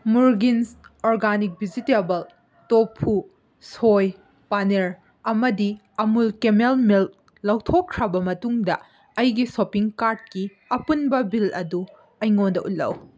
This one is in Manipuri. ꯃꯨꯔꯒꯤꯟꯁ organic vegetable tofu soy paneer ꯑꯃꯗꯤ ꯑꯃꯨꯜ ꯀꯦꯃꯦꯜ ꯃꯤꯜꯛ ꯂꯧꯊꯣꯛꯈ꯭ꯔꯕ ꯃꯇꯨꯡꯗ ꯑꯩꯒꯤ ꯁꯣꯞꯄꯤꯡ ꯀꯥꯔꯗꯀꯤ ꯑꯄꯨꯟꯕ ꯕꯤꯜ ꯑꯗꯨ ꯑꯩꯉꯣꯟꯗ ꯎꯠꯂꯛꯎ